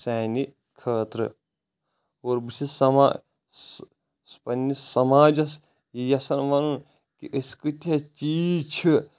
سانہِ خٲطرٕ اور بہٕ چھُس سماجَس پنٕنِس سماجس یژھان ونُن کہ أسۍ کۭتیا چیٖز چھِ